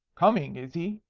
coming, is he?